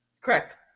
Correct